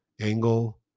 angle